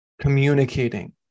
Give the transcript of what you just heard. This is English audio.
communicating